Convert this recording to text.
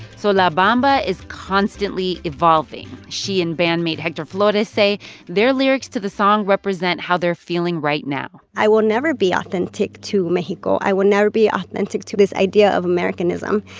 so la bamba is constantly evolving. she and bandmate hector flores say their lyrics to the song represent how they're feeling right now i will never be authentic to mexico. i will never be authentic to this idea of americanism,